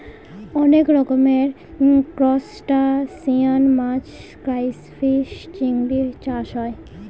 অনেক রকমের ত্রুসটাসিয়ান মাছ ক্রাইফিষ, চিংড়ি চাষ হয়